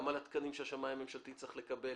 גם על התקנים שהשמאי הממשלתי צריך לקבל.